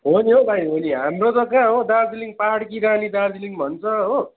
हो नि हौ भाइ हो नि हाम्रो त कहाँ हौ दार्जिलिङ पहाडकी रानी दार्जिलिङ भन्छ हो